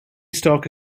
stock